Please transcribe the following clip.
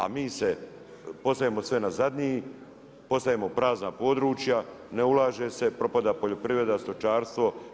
A mi se, postajemo sve nazadniji, postajemo prazna područja, ne ulaže se, propada poljoprivreda, stočarstvo.